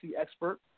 expert